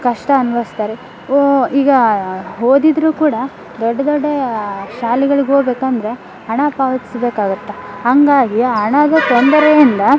ಕಷ್ಟ ಅನುಭವ್ಸ್ತಾರೆ ಓ ಈಗ ಓದಿದ್ರೂ ಕೂಡ ದೊಡ್ಡ ದೊಡ್ಡ ಶಾಲಿಗಳಿಗೆ ಹೋಗ್ಬೇಕಂದ್ರೆ ಹಣ ಪಾವತ್ಸ್ಬೇಕಾಗುತ್ತೆ ಹಾಗಾಗಿ ಹಣದ ತೊಂದರೆಯಿಂದ